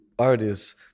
artists